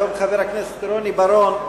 היום חבר הכנסת רוני בר-און,